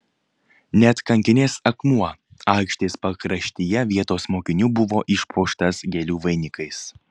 net kankinės akmuo aikštės pakraštyje vietos mokinių buvo išpuoštas gėlių vainikais